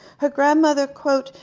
her grandmother, quote,